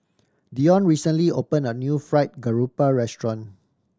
Dionne recently opened a new Fried Garoupa restaurant